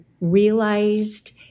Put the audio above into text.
realized